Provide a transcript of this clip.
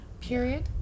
period